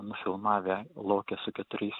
nufilmavę lokio su keturiais